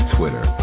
Twitter